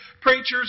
preachers